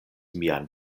mian